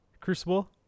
Crucible